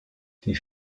die